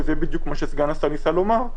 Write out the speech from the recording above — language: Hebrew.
וזה בדיוק מה שסגן השר ניסה לומר,